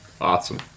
Awesome